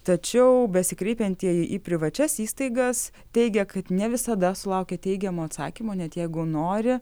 tačiau besikreipiantieji į privačias įstaigas teigia kad ne visada sulaukia teigiamo atsakymo net jeigu nori